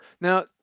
Now